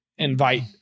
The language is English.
invite